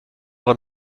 auch